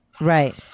right